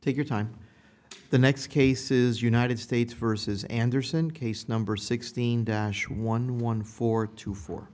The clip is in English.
take your time the next case is united states versus anderson case number sixteen dash one one four two fo